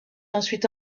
ensuite